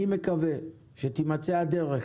אני רוצה להגיד לכם היכן הדברים